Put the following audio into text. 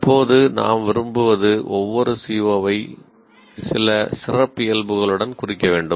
இப்போது நாம் விரும்புவது ஒவ்வொரு CO ஐ சில சிறப்பியல்புகளுடன் குறிக்க வேண்டும்